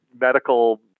medical